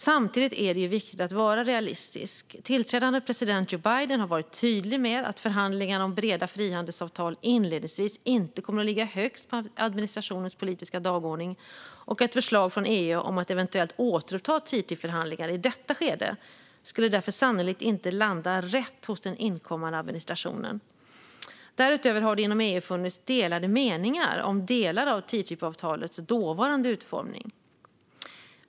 Samtidigt är det viktigt att vara realistisk. Tillträdande president Joe Biden har varit tydlig med att förhandlingar om breda frihandelsavtal inledningsvis inte kommer att ligga högst på administrationens politiska dagordning. Ett förslag från EU om att eventuellt återuppta TTIP-förhandlingar i detta skede skulle därför sannolikt inte landa rätt hos den inkommande administrationen. Därutöver har det inom EU funnits delade meningar om delar av TTIP-avtalets dåvarande utformning.